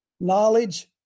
Knowledge